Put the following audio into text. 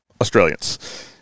Australians